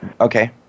okay